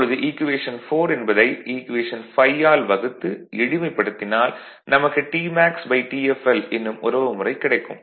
இப்பொழுது ஈக்குவேஷன் 4 என்பதை ஈக்குவேஷன் 5 ஆல் வகுத்து எளிமைப்படுத்தினால் நமக்கு TmaxTfl எனும் உறவுமுறை கிடைக்கும்